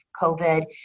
COVID